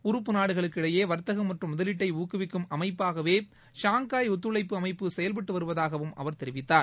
உறுப்பு நாடுகளுக்கிடையே வர்த்தகம் மற்றும் முதலீட்டை ஊக்குவிக்கும் அமைப்பாகவே ஷாங்னய் ஒத்துழைப்பு அமைப்பு செயல்பட்டு வருவதாகவும் அவர் தெரிவித்தார்